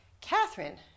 Catherine